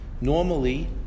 Normally